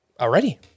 Already